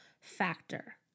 factor